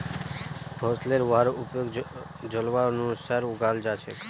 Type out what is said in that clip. फसलेर वहार उपयुक्त जलवायुर अनुसार उगाल जा छेक